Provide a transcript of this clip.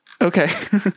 Okay